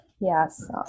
Yes